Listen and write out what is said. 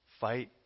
Fight